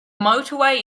motorway